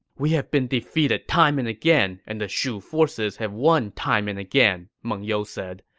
we have been defeated time and again, and the shu forces have won time and again, meng you said.